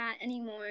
anymore